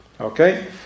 okay